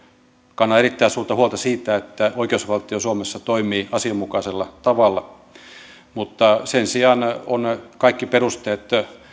kannan erittäin suurta huolta siitä että oikeusvaltio suomessa ei toimisi asianmukaisella tavalla mutta sen sijaan on kaikki perusteet